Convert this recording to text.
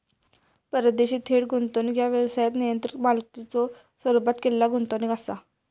परदेशी थेट गुंतवणूक ह्या व्यवसायात नियंत्रित मालकीच्यो स्वरूपात केलेला गुंतवणूक असा